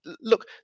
Look